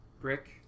Brick